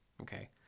okay